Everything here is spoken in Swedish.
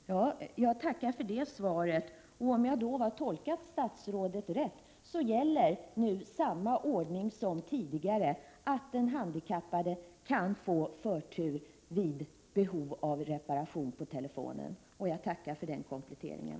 Herr talman! Jag tackar för det svaret. Om jag har tolkat statsrådet rätt gäller nu samma ordning som tidigare, att den handikappade kan få förtur vid behov av reparation av telefon. Jag tackar för den kompletteringen.